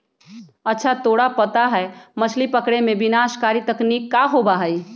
अच्छा तोरा पता है मछ्ली पकड़े में विनाशकारी तकनीक का होबा हई?